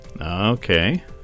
Okay